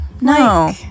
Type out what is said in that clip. No